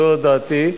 זו דעתי.